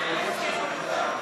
ההסתייגות (44)